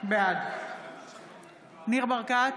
בעד ניר ברקת,